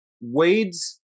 wade's